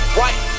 white